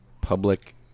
public